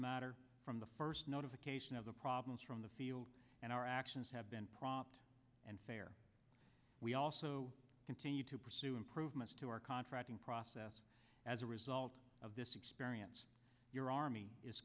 matter from the first notification of the problems from the field and our actions have been propped and fair we also continue to pursue improvements to our contracting process as a result of this experience your army is